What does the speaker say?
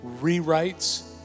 rewrites